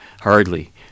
Hardly